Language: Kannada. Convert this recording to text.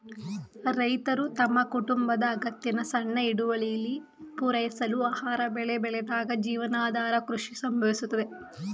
ರೈತರು ತಮ್ಮ ಕುಟುಂಬದ ಅಗತ್ಯನ ಸಣ್ಣ ಹಿಡುವಳಿಲಿ ಪೂರೈಸಲು ಆಹಾರ ಬೆಳೆ ಬೆಳೆದಾಗ ಜೀವನಾಧಾರ ಕೃಷಿ ಸಂಭವಿಸುತ್ತದೆ